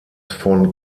von